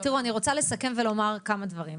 תראו, אני רוצה לסכם ולומר כמה דברים.